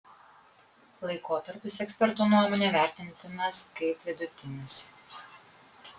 laikotarpis ekspertų nuomone vertintinas kaip vidutinis